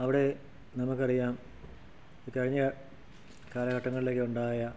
അവിടെ നമുക്കറിയാം കഴിഞ്ഞ കാലഘട്ടങ്ങളിലേക്കുണ്ടായ